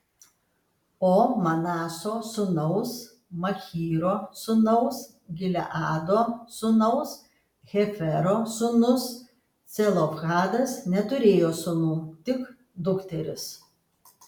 o manaso sūnaus machyro sūnaus gileado sūnaus hefero sūnus celofhadas neturėjo sūnų tik dukteris